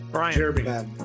Brian